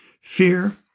fear